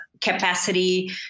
capacity